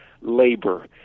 labor